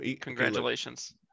congratulations